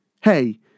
Hey